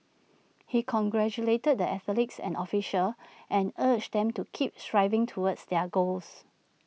he congratulated the athletes and officials and urged them to keep striving towards their goals